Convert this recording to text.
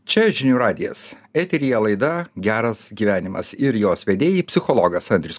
čia žinių radijas eteryje laida geras gyvenimas ir jos vedėjai psichologas andrius